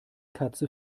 katze